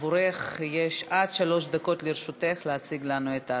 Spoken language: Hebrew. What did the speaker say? יש עד שלוש דקות לרשותך להציג לנו את ההצעה.